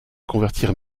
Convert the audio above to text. convertir